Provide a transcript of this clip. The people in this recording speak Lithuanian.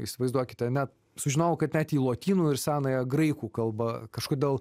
įsivaizduokite ne sužinojau kad net į lotynų ir senąją graikų kalbą kažkodėl